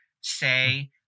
say